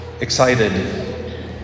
Excited